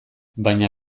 baina